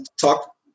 talk